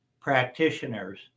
practitioners